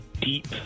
deep